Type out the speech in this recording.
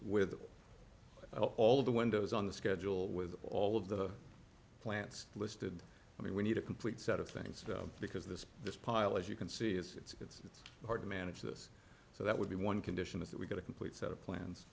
with all the windows on the schedule with all of the plants listed i mean we need a complete set of things because this just pile as you can see it's hard to manage this so that would be one condition is that we get a complete set of plans